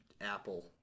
Apple